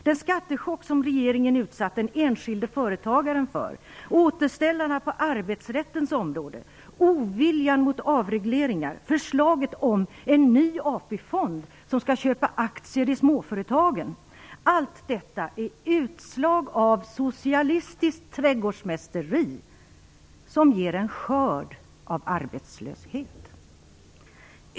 Den skattechock som regeringen utsatt den enskilde företagaren för, återställaren på arbetsrättens område, oviljan mot avregleringar, förslaget om en ny AP-fond som skall köpa aktier i småföretagen - allt detta är utslag av socialistiskt trädgårdsmästeri som ger en skörd av arbetslöshet.